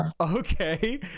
okay